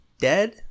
dead